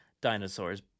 dinosaurs